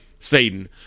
satan